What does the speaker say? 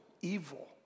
evil